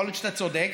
יכול להיות שאתה צודק,